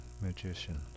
magician